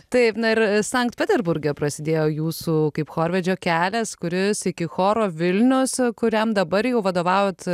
taip ir sankt peterburge prasidėjo jūsų kaip chorvedžio kelias kuris iki choro vilnius kuriam dabar jau vadovavot